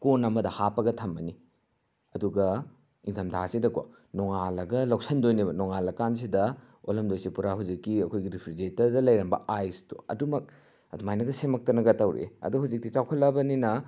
ꯀꯣꯟ ꯑꯃꯗ ꯍꯥꯞꯄꯒ ꯊꯝꯃꯅꯤ ꯑꯗꯨꯒ ꯏꯟꯊꯝꯊꯥꯁꯤꯗꯀꯣ ꯅꯣꯡꯉꯥꯜꯂꯒ ꯂꯧꯁꯟꯗꯣꯏꯅꯦꯕ ꯅꯣꯡꯉꯥꯜꯂꯒꯀꯥꯟꯁꯤꯗ ꯑꯣꯜꯂꯝꯗꯣꯏꯁꯦ ꯄꯨꯔꯥ ꯍꯧꯖꯤꯛꯀꯤ ꯑꯩꯈꯣꯏꯒꯤ ꯔꯤꯐ꯭ꯔꯤꯖꯔꯦꯇꯔꯗ ꯂꯩꯔꯝꯕ ꯑꯥꯏꯁꯇꯣ ꯑꯗꯨꯃꯛ ꯑꯗꯨꯃꯥꯏꯅꯒ ꯁꯦꯝꯃꯛꯇꯅꯒ ꯇꯧꯔꯛꯑꯦ ꯑꯗꯣ ꯍꯧꯖꯤꯛꯇꯤ ꯆꯥꯎꯈꯠꯂꯛꯑꯕꯅꯤꯅ